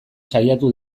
saiatu